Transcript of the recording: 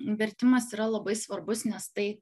vertimas yra labai svarbus nes tai